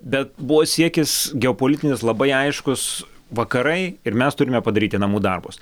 bet buvo siekis geopolitinis labai aiškus vakarai ir mes turime padaryti namų darbus